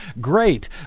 great